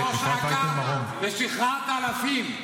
אתה היית ראש אכ"א ושחררת אלפים.